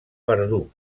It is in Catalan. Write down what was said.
verdú